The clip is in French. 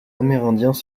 amérindiens